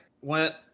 Went